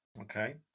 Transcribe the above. Okay